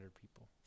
people